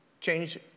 change